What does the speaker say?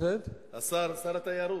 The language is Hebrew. שר התיירות.